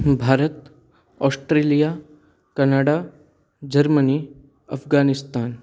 Bharat Australia Canada Germany Afghanistan